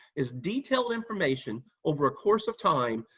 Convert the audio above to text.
is detailed information, over a course of time,